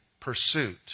pursuit